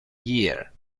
year